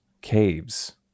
caves